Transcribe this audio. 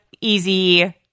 easy